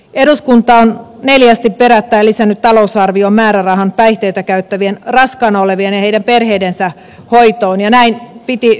eduskunta on neljästi perättäin lisännyt talousarvioon määrärahan päihteitä käyttävien raskaana olevien ja heidän perheidensä hoitoon ja näin piti tehdä nytkin